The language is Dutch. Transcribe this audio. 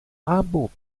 aanbod